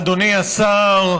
אדוני השר,